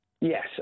Yes